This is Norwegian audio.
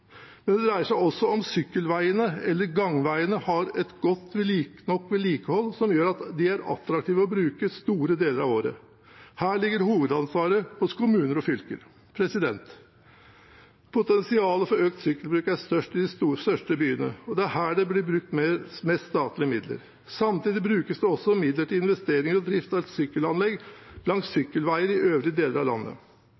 Det dreier seg også om hvorvidt sykkelveiene eller gangveiene har et godt nok vedlikehold som gjør at de er attraktive å bruke store deler av året. Her ligger hovedansvaret hos kommuner og fylker. Potensialet for økt sykkelbruk er størst i de største byene, og det er her det blir brukt mest statlige midler. Samtidig brukes det også midler til investering og drift av sykkelanlegg langs